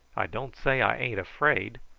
i don't say i ain't afraid.